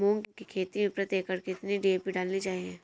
मूंग की खेती में प्रति एकड़ कितनी डी.ए.पी डालनी चाहिए?